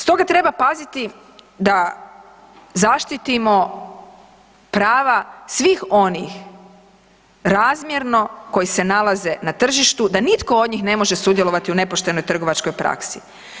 Stoga treba paziti da zaštitimo prava svih onih razmjerno koji se nalaze na tržištu, da nitko od njih ne može sudjelovati u nepoštenoj trgovačkoj praksi.